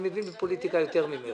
אני מבין בפוליטיקה יותר ממך.